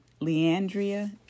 Leandria